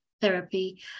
Therapy